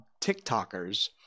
TikTokers